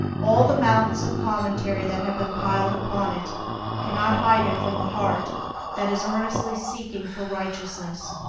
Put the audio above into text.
all the mountains of commentary that have been piled upon it cannot hide it from the heart that is earnestly seeking for righteousness.